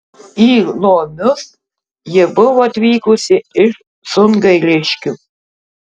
į lomius ji buvo atvykusi iš sungailiškių